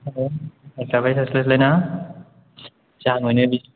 ओरैनो थाबाय थास्लायस्लाय ना जा मोनो